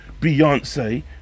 Beyonce